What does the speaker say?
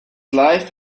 life